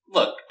Look